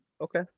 Okay